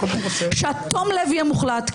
שהתום לב יהיה מוחלט.